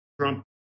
Trump